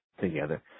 together